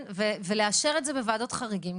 ולאשר את זה בוועדות חריגים,